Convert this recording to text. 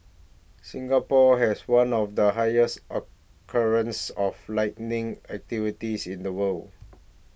Singapore has one of the highest occurrence of lightning activities in the world